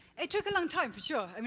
it took a long time for sure. i mean